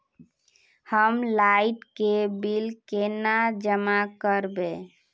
हम लाइट के बिल केना जमा करबे?